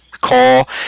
call